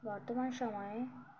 বর্তমান সময়ে